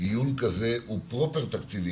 דיון כזה הוא פרופר תקציבי,